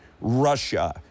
Russia